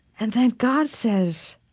and then god says,